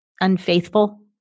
unfaithful